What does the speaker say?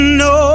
no